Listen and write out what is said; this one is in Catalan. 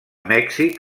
mèxic